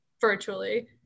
virtually